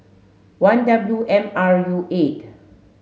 one W M R U eight